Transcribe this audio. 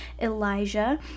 Elijah